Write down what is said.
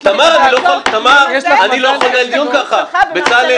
אני לא אחזור בי -- תחזרי בך,